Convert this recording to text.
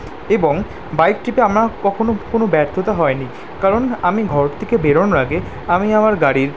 এবং বাইকটিতে আমরা কখনো কোন ব্যর্থতা হয় নি কারণ আমি ঘর থেকে বেরোনোর আগে আমি আমার গাড়ির